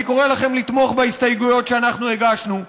אני קורא לכם לתמוך בהסתייגויות שאנחנו הגשנו.